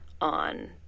on